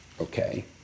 okay